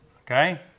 okay